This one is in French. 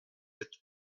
êtes